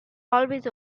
always